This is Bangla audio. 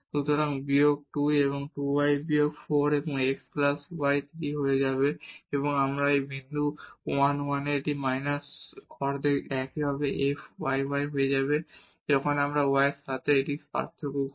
সুতরাং বিয়োগ 2 এবং এই 2 y বিয়োগ 4 এবং x প্লাস y পাওয়ার 3 হয়ে যাবে এবং আবার এই বিন্দু 1 1 এ এটি মাইনাস অর্ধেক একইভাবে f yy হয়ে যাবে যখন আমরা y এর সাথে এটির পার্থক্য করি